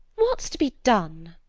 what's to be done?